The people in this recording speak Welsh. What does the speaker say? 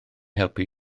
helpu